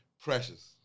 Precious